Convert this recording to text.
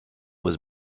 was